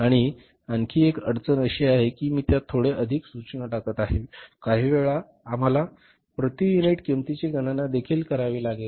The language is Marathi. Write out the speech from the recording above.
आणि आणखी एक अडचण अशी आहे की मी त्यात थोडे अधिक सुचना टाकत आहे आणि काहीवेळा आम्हाला प्रति युनिट किंमतीची गणना देखील करावी लागेल